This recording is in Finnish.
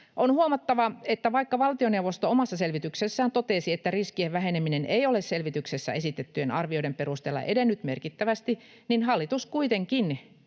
On huomattava, että vaikka valtioneuvosto omassa selvityksessään totesi, että riskien väheneminen ei ole selvityksessä esitettyjen arvioiden perusteella edennyt merkittävästi, niin hallitus kuitenkin